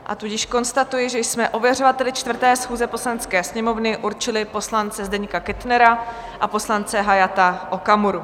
A tudíž konstatuji, že jsme ověřovateli 4. schůze Poslanecké sněmovny určili poslance Zdeňka Kettnera a poslance Hayata Okamuru.